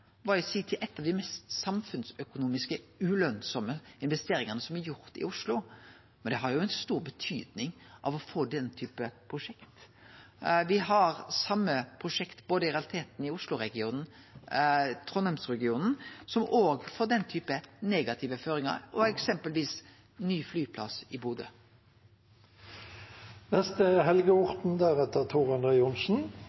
var i si tid ei av dei mest samfunnsøkonomisk ulønsame investeringane som er gjort i Oslo, men det har jo stor betyding å få den typen prosjekt. Me har i realiteten same slags prosjekt både i Oslo-regionen og i Trondheim-regionen som òg får den typen negative føringar, og det gjeld òg eksempelvis ny flyplass i